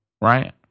right